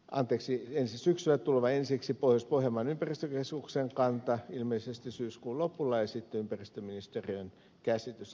anteeksi ensi syksyä tulovaje ensiksi pohjois pohjanmaan ympäristökeskuksen kanta ilmeisesti syyskuun lopulla ja sitten ympäristöministeriön käsitys asiasta